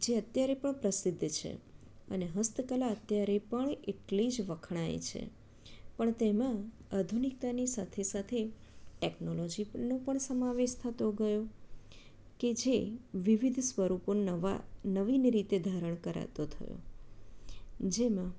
જે અત્યારે પણ પ્રસિદ્ધ છે અને હસ્તકલા અત્યારે પણ એટલી જ વખણાય છે પણ તેમાં આધુનિકતાની સાથે સાથે ટેકનોલોજીનો પણ સમાવેશ થતો ગયો કે જે વિવિધ સ્વરૂપો નવા નવીન રીતે ધારણ કરાતો થયો જેમાં